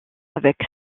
avec